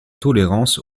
tolérance